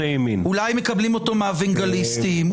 אולי מקבלים אותו מהאוונגליסטים?